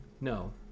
No